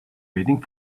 waiting